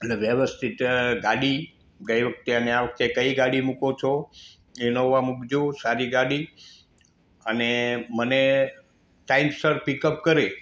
એટલે વ્યવસ્થિત ગાડી ગઈ વખ્તેને આ વખ્તે કઈ ગાડી મૂકો છો ઇનોવા મૂકજો સારી ગાડી અને મને ટાઈમસર પિકઅપ કરે